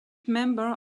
member